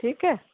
ठीक आहे